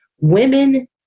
women